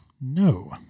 No